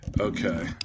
Okay